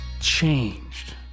changed